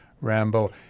Rambo